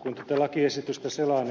kun tätä lakiesitystä selaa